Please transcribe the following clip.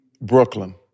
Brooklyn